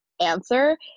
answer